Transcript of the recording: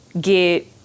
get